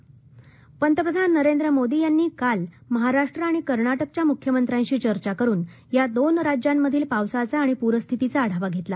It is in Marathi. मोदी ठाकरे पर पंतप्रधान नरेंद्र मोदी यांनी काल महाराष्ट्र आणि कर्ना केच्या मुख्यमंत्र्यांशी चर्चा करून या दोन राज्यांमधील पावसाचा आणि पूरस्थितीचा आढावा घेतला